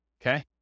okay